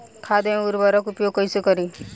खाद व उर्वरक के उपयोग कइसे करी?